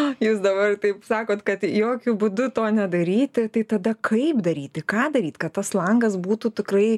jūs dabar tai sakot kad jokiu būdu to nedaryti tai tada kaip daryti ką daryt kad tas langas būtų tikrai